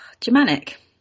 Germanic